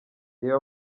reba